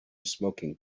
smoking